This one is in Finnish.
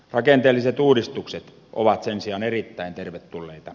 rakenteelliset uudistukset ovat sen sijaan erittäin tervetulleita